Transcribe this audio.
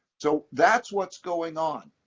so that's what's going on.